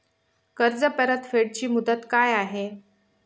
कर्ज परतफेड ची मुदत काय आहे?